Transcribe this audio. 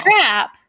trap